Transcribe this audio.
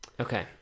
okay